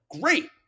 Great